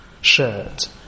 shirt